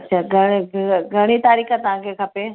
घणी तारीख़ तव्हांखे खपे